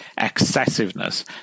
excessiveness